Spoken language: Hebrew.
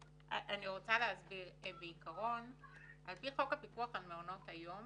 על פי חוק הפיקוח על מעונות היום